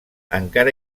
encara